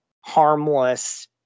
harmless